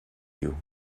you